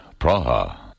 Praha